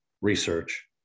research